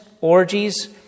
orgies